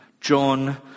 John